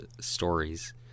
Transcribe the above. stories